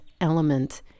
element